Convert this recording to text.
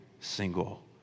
single